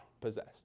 possessed